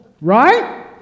Right